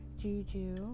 juju